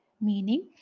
meaning